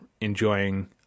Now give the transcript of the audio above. enjoying